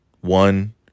one